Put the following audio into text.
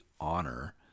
honor